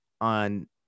on